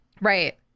right